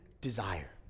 desire